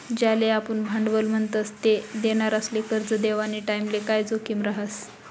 ज्याले आपुन भांडवल म्हणतस ते देनारासले करजं देवानी टाईमले काय जोखीम रहास